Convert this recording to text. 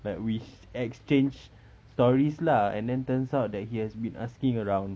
like we exchanged stories lah and then turns out that he has been asking around